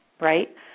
right